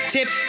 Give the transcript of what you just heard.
Tip